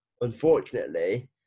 Unfortunately